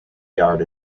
yard